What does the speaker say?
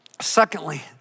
Secondly